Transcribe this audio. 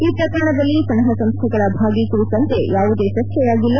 ಈ ಪ್ರಕರಣದಲ್ಲಿ ಸಂಘ ಸಂಸ್ಥೆಗಳ ಭಾಗಿ ಕುರಿತಂತೆ ಯಾವುದೇ ಚರ್ಚೆಯಾಗಿಲ್ಲ